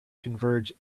converge